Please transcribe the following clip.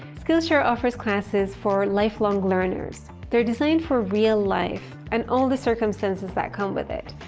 skillshare offers classes for lifelong learners. they're designed for real life and all the circumstances that come with it.